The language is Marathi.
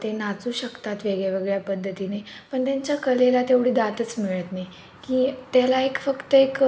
ते नाचू शकतात वेगळ्यावेगळ्या पद्धतीने पण त्यांच्या कलेला तेवढी दादच मिळत नाही की त्याला एक फक्त एक